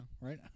Right